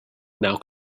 now